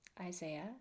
Isaiah